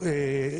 היום,